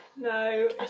No